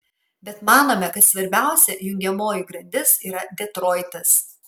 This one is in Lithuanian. bet manome kad svarbiausia jungiamoji grandis yra detroitas